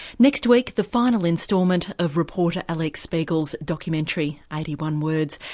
next week the final instalment of reporter alix spiegel's documentary eighty one words.